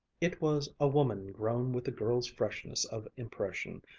it was a woman grown with a girl's freshness of impression,